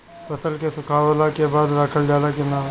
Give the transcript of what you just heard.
फसल के सुखावला के बाद रखल जाला कि न?